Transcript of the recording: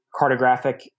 cartographic